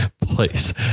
place